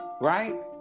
right